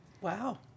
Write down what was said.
Wow